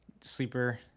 sleeper